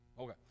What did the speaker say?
Okay